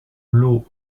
lot